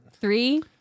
Three